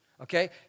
okay